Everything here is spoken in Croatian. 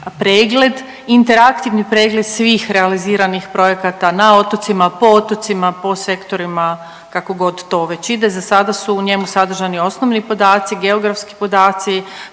pregled, interaktivni pregled svih realiziranih projekata na otocima, po otocima, po sektorima kakogod to već ide. Za sada su u njemu sadržani osnovni podaci, geografski podaci,